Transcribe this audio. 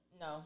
No